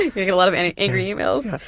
a lot of and angry emails.